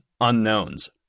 unknowns